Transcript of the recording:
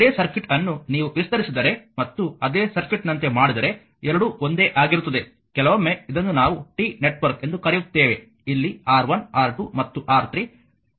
ಅದೇ ಸರ್ಕ್ಯೂಟ್ ಅನ್ನು ನೀವು ವಿಸ್ತರಿಸಿದರೆ ಮತ್ತು ಅದೇ ಸರ್ಕ್ಯೂಟ್ ನಂತೆ ಮಾಡಿದರೆ ಎರಡೂ ಒಂದೇ ಆಗಿರುತ್ತದೆ ಕೆಲವೊಮ್ಮೆ ಇದನ್ನು ನಾವು T ನೆಟ್ವರ್ಕ್ ಎಂದು ಕರೆಯುತ್ತೇವೆ ಇಲ್ಲಿ R1 R2 ಮತ್ತು R3